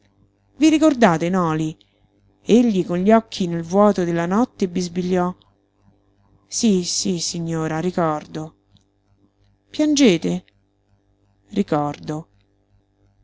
i ricordate noli egli con gli occhi nel vuoto della notte bisbigliò sí sí signora ricordo piangete ricordo